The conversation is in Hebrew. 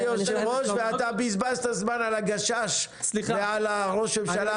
אני יושב-ראש ואתה בזבזת זמן על הגשש ועל ראש הממשלה הקודם.